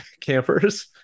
campers